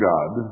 God